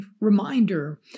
reminder